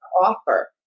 offer